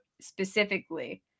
Specifically